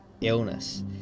illness